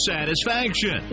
Satisfaction